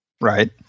Right